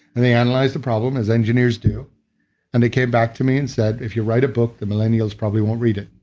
they analyzed the problem as engineers do and they came back to me and said, if you write a book, the millennials probably won't read it.